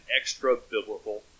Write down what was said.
extra-biblical